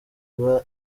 iba